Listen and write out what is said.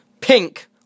Pink